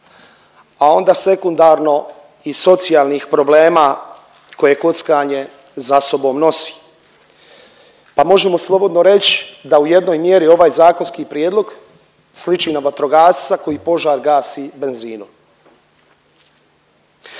a onda sekundarno i socijalnih problema koje kockanje za sobom nosi pa možemo slobodno reći da u jednoj mjeri ovaj zakonski prijedlog sliči na vatrogasca koji požar gasi benzinom.